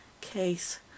case